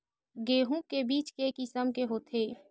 गेहूं के बीज के किसम के होथे?